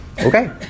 okay